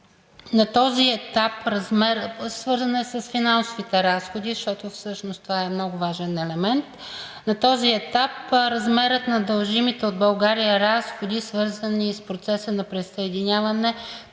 На този етап размерът на дължимите от България разходи, свързани и с процеса на присъединяване,